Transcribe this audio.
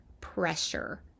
pressure